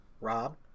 Rob